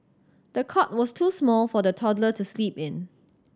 the cot was too small for the toddler to sleep in